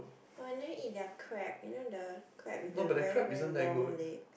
oh I nearly eat their crab you know the crab with the very very long leg